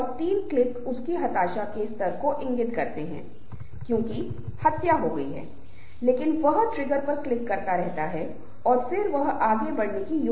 इसलिए इन चीजों को समय के लिए स्थगित कर दिया जाता है और लोग बस यहीं रुक जाते हैं जब तक कि अन्य चीजें सामने नहीं आती हैं और फिर वे आगे बढ़ते हैं